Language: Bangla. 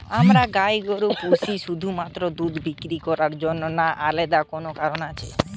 আমরা গাই গরু পুষি শুধুমাত্র দুধ বিক্রি করার জন্য না আলাদা কোনো কারণ আছে?